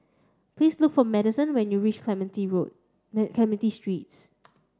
please look for Madison when you reach Clementi Road Clementi Street